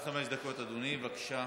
עד חמש דקות, אדוני, בבקשה.